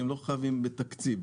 שלא חייבים בתקציב,